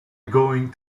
going